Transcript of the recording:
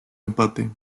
empate